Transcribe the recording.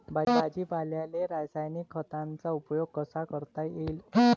भाजीपाल्याले रासायनिक खतांचा उपयोग कसा करता येईन?